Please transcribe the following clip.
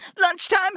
Lunchtime